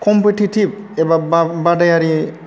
competitive एबा बा बादायारि